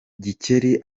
gikeli